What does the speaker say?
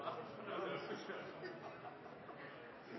og der er det